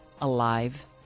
alive